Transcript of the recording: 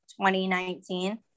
2019